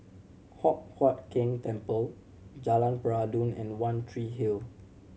Hock Huat Keng Temple Jalan Peradun and One Tree Hill